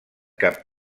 cap